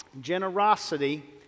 Generosity